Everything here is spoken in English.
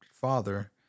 father